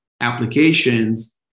applications